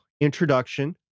introduction